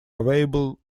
available